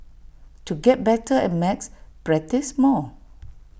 to get better at maths practise more